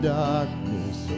darkness